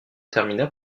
termina